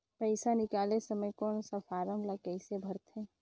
पइसा निकाले समय कौन सा फारम ला कइसे भरते?